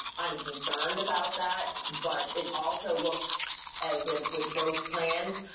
i'm concerned about that, but it also looks as if with both plans,